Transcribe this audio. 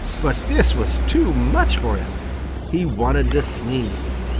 but this was too much for him he wanted to sneeze.